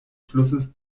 flusses